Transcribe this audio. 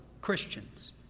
Christians